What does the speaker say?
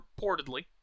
reportedly